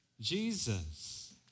Jesus